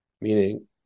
meaning